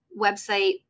website